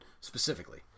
specifically